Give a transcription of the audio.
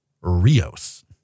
Rios